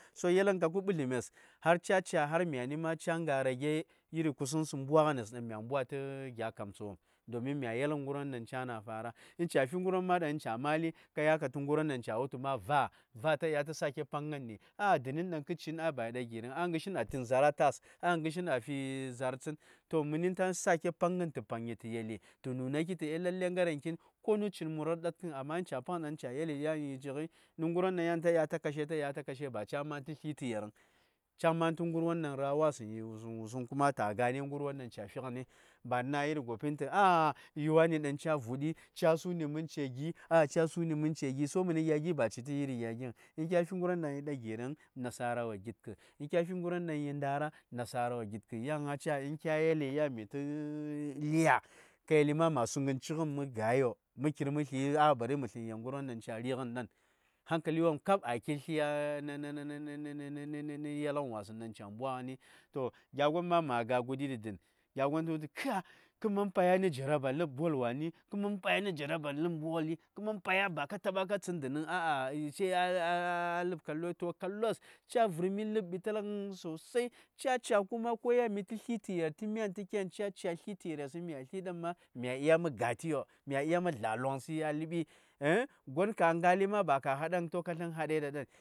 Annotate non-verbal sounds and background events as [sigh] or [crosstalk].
so Yel-gən kapkə ɓətliŋes har ca:ca har myani ma ca: ŋa rage iri kusənsə bwa-gənes ɗaŋ mya ɓwa:itə tə gya ghamtsəwom domin mya yel-gən ngərwon ɗaŋ ca:na fara. Kya fi ngərwon ɗaŋ ca: ma:li, ka dya ka tu ngərwon ɗaŋ ca wul tə tu va:, ta dya tə paŋni da-duh, ah, gin ɗaŋ tə fin, yi da gi:riŋ, gin a ti:n zaar a tas. To məinin ta məan paŋni da-dah tə yeli tə nuna ki tu lalle konu cigən murgh ɗatkən; amma in ca: paŋ ɗaŋ ca yeli ya yi: cighi, yan nə ngərwon ɗaŋ tu ta dya kashe, ta day ta kashe, ta dya ta kashe bà sləəyern ngərwon ɗaŋ yi-gha ra: wasən ta gane ngərwon ɗaŋ ca: fi-gən, ba-nə na̱ gwopy ɗaŋ mya fi, gya gwom ca:yi wul tu “ah-mya sun h tə gin – mya sun nə tə gin” məni gya gi ci ta ngərshi gya gin vəŋ in kya fir ngərwon ɗaŋ yi da giiri vəŋ. Kya fi ngərwon ɗaŋ ji da giiriŋ, nasàra wo zhitkə, kya fi ngərwon ɗaŋ yi da ndara nasara wo zhitkə. Gin ŋa ca: ŋ kya yel yan məi tə lya, ka yeli ma məa su ŋinci:gən mə-ghai-yo, mə kir mə slə mə slən wun ngərwon ɗaŋ ca:gha ri:gən, ra:won kab a kir stl a [hesitation] nə-nə nə yelgən-wasən ca:ɓwa-gən. Gya gwon ma ma ga gudi ɗi dən, gya gwon ta wul tu ka: “kə-məan pai nə yelgən boll wannəi-kə məan pai nə yelgən bol wa:ni” ka tsin dhiniŋ ɓet, se a [hesitation] lhb yelgən boll. To kallos ca: vhrmə lhb kə ya:lgən sosai, ca ca: kuma in yan məi tə tsitə ye:r tə myan dya mə kyan, mya sli dhan mya dya mə zlatəyo, mya dya məi zla loŋsəi a lhb ya:lgən boll [hesitation] gwon ka ŋalai ma ba ka hadang zləŋsə-wan vəŋ, to ka slən hadai da dhan.